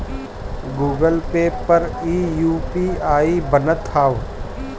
Google Pay पर इ UPI बनत हअ